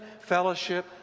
fellowship